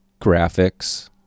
graphics